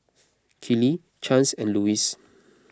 Kellee Chance and Louis